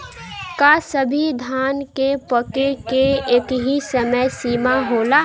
का सभी धान के पके के एकही समय सीमा होला?